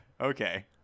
Okay